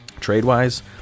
trade-wise